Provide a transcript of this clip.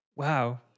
Wow